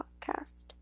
podcast